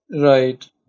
Right